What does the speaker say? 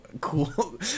cool